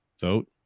vote